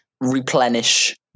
replenish